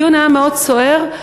הדיון היה מאוד סוער.